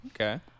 Okay